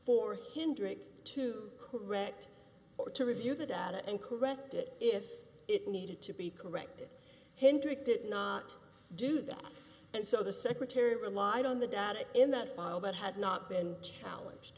for hindering to correct or to review the data and correct it if it needed to be corrected hindoo it did not do that and so the secretary relied on the data in that file that had not been challenged